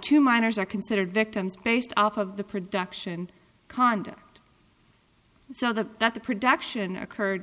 two miners are considered victims based off of the production conduct so the that the production occurred